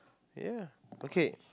ya okay